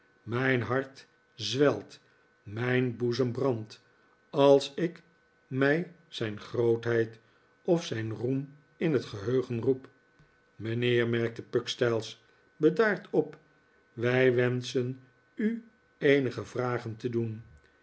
mijn hart zwelt mijn boezem brandt als ik mij zijn grootheid of zijn roem in het geheugen roep mijnheer merkte pugstyles bedaard op wij wenschen u eenige vragen te doen